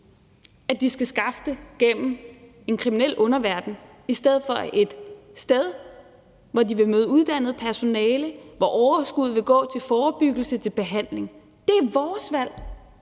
at de skal skaffe det igennem en kriminel underverden i stedet for et sted, hvor de vil møde uddannet personale, hvor overskuddet vil gå til forebyggelse, til behandling. Det er vores valg,